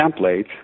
templates